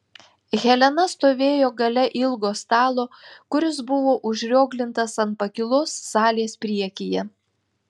helena stovėjo gale ilgo stalo kuris buvo užrioglintas ant pakylos salės priekyje